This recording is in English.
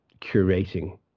curating